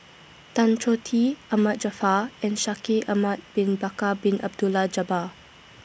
Tan Choh Tee Ahmad Jaafar and Shaikh Ahmad Bin Bakar Bin Abdullah Jabbar